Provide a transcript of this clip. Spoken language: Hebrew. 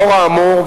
לאור האמור,